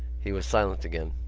he was silent again.